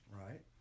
Right